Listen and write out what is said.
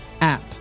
app